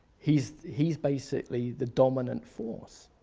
he's he's basically the dominant force.